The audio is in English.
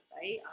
right